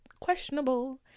questionable